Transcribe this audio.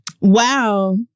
Wow